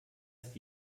ist